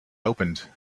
opened